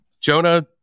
Jonah